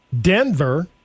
Denver